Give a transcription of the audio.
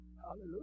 Hallelujah